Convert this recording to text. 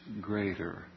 greater